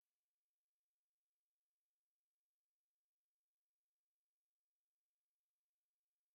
Ni abanyeshuri bicaye mu ishuri aho bagiye gukora ikizamini gisoza amashuri abanza, bari guhabwa ibizamini n'umugore wambaye ikanzu